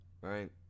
right